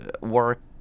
work